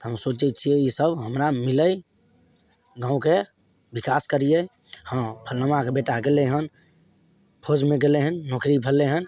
हम सोचय छियै ईसब हमरा मिलय गाँवके विकास करियै हँ फलनमाके बेटा गेलइ हन फौजमे गेलय हन नौकरी भेलय हन